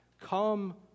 Come